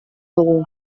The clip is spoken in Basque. dugu